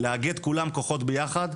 לאגד כולם כוחות ביחד,